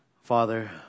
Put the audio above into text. Father